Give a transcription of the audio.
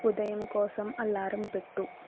ఉదయం కోసం అలారం పెట్టు